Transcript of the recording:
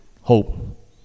hope